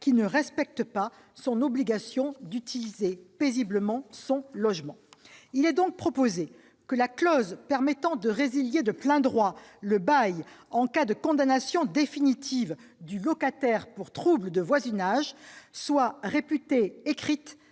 qui ne respecte pas son obligation d'utiliser paisiblement son logement. Il est donc proposé que la clause permettant de résilier de plein droit le bail en cas de condamnation définitive du locataire pour troubles de voisinage soit réputée écrite